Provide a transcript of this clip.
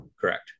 Correct